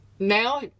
Now